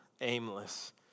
aimless